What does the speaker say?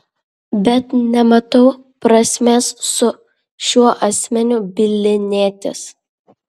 bet nematau prasmės su šiuo asmeniu bylinėtis